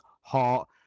heart